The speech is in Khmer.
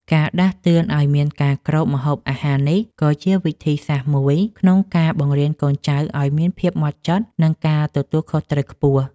ការដាស់តឿនឱ្យមានការគ្របម្ហូបអាហារនេះក៏ជាវិធីសាស្រ្តមួយក្នុងការបង្រៀនកូនចៅឱ្យមានភាពហ្មត់ចត់ និងការទទួលខុសត្រូវខ្ពស់។